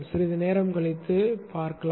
சிறிது நேரம் கழித்து பார்ப்போம்